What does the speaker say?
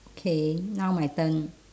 okay now my turn